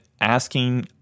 asking